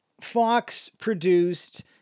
Fox-produced